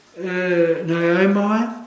Naomi